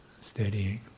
steadying